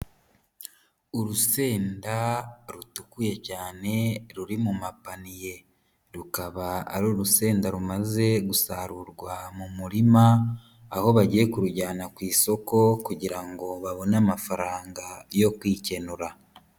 Urusenda rutukuye cyane ruri mu mapaniye ,rukaba ari urusenda rumaze gusarurwa mu murima, aho bagiye kurujyana ku isoko kugira ngo babone amafaranga yo kwikenura.